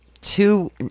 two